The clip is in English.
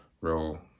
real